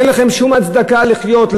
אין לכם שום הצדקה לחיות,